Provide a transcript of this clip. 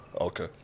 Okay